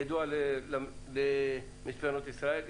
היא ידועה למספנות ישראל,